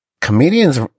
Comedians